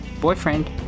boyfriend